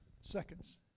seconds